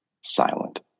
silent